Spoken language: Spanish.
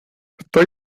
estoy